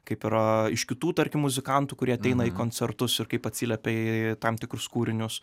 kaip yra iš kitų tarkim muzikantų kurie ateina į koncertus ir kaip atsiliepia į tam tikrus kūrinius